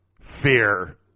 fear